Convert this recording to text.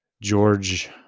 George